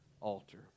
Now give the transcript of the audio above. altar